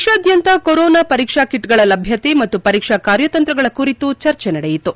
ದೇಶಾದ್ಯಂತ ಕೊರೋನಾ ಪರೀಕ್ಷಾ ಕಿಟ್ಗಳ ಲಭ್ಯತೆ ಮತ್ತು ಪರೀಕ್ಷಾ ಕಾರ್ಯತಂತ್ರಗಳ ಕುರಿತು ಚರ್ಚೆ ನಡೆಯಿತು